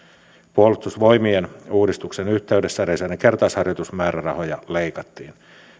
puolustusvoimien uudistuksen yhteydessä reservin kertausharjoitusmäärärahoja leikattiin